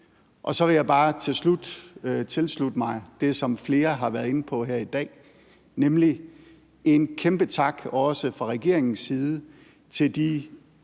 Så vil jeg bare til slut tilslutte mig det, som flere har været inde på her i dag, og også fra regeringens side sende